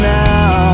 now